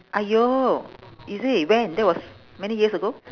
!aiyo! is it when that was many years ago